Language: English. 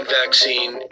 vaccine